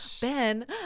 Ben